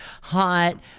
hot